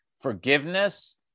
forgiveness